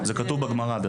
זה כתוב בגמרא.